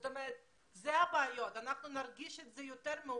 אנחנו נרגיש את הבעיות האלה יותר מאוחר,